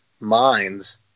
minds